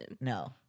No